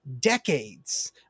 decades